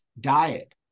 Diet